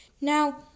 Now